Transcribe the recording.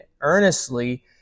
earnestly